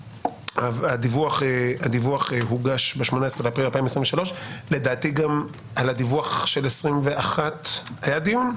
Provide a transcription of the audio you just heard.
הדיווח הוגש ב-18 באפריל 2023. על הדיווח של 2021 היה דיון?